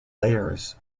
layers